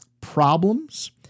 problems